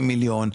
30 מיליון,